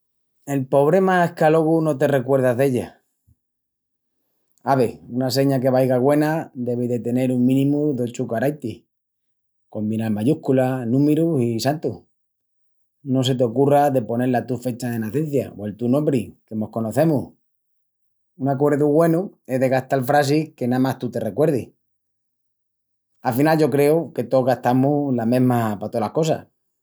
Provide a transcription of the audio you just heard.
El pobrema es qu'alogu no te recuerdas d'ellas. Ave, una seña que vaiga güena devi de tenel un mínímu d'ochu caraitis, combinal mayúsculas, númirus i santus. No se t'ocurra de ponel la tu fecha de nacencia o el tu nombri, que mos conocemus. Un acuerdu güenu es de gastal frasis que namás tú te recuerdis. Afinal yo creu que tous gastamus la mesma pa tolas cosas...